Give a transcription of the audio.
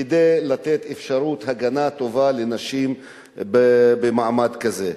כדי לתת אפשרות הגנה טובה לנשים במעמד כזה.